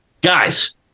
Guys